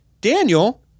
daniel